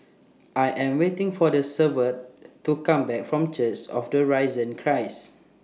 I Am waiting For The Severt to Come Back from Church of The Risen Christ